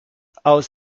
aus